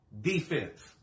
Defense